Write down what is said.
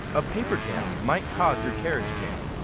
a paper jam might cause your carriage jam.